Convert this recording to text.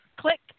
Click